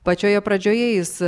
pačioje pradžioje jis